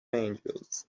angels